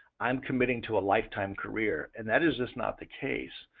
i'm committing to a life time career. and that is just not the case.